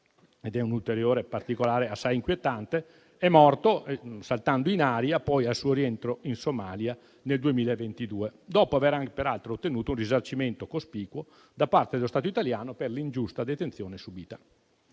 - è un ulteriore particolare assai inquietante - è morto saltando in aria al suo rientro in Somalia nel 2022, dopo aver peraltro ottenuto un risarcimento cospicuo da parte dello Stato italiano per l'ingiusta detenzione subita.